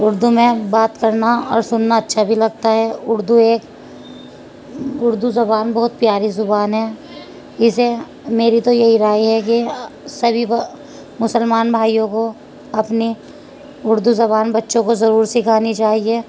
اردو میں بات کرنا اور سننا اچھا بھی لگتا ہے اردو ایک اردو زبان بہت پیاری زبان ہے اسے میری تو یہی رائے ہے کہ سبھی مسلمان بھائیوں کو اپنی اردو زبان بچوں کو ضرور سکھانی چاہیے